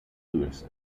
louis